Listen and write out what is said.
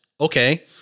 Okay